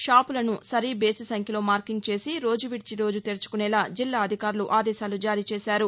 షాపులను సరి బేసి సంఖ్యలో మార్కింగ్ చేసి రోజు విడిచి రోజు తెరచుకునేలా జిల్లా అధికారులు ఆదేశాలు జారీ చేశారు